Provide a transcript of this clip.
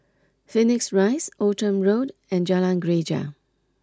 Phoenix Rise Outram Road and Jalan Greja